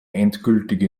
endgültige